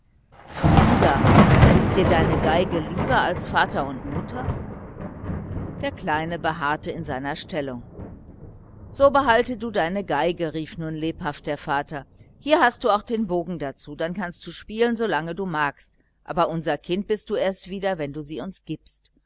frieder ist dir deine violine lieber als vater und mutter der kleine beharrte in seiner stellung so behalte du deine violine rief nun lebhaft der vater hier hast du auch den bogen dazu du kannst spielen solang du magst aber unser kind bist du erst wieder wenn du sie uns gibst